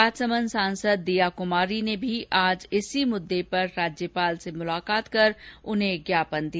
राजसमंद सांसद दीया कुमारी ने भी आज इसी मुद्दे पर राज्यपाल से मुलाकात कर उन्हें ज्ञापन दिया